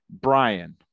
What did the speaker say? Brian